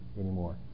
anymore